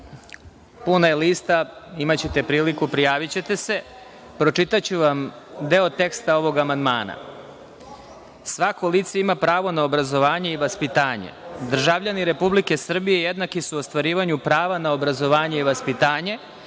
je lista. Imaćete priliku, prijavićete se. Pročitaću vam deo teksta ovog amandmana. „Svako lice ima pravo na obrazovanje i vaspitanje. Državljani Republike Srbije jednaki su u ostvarivanju prava na obrazovanje i vaspitanje.